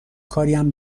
کاریم